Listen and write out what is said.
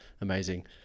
amazing